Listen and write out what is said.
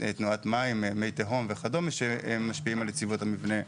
תנועת מי תהום וכדומה דברים שמשפיעים על יציבות המבנה במרחב.